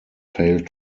failed